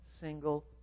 single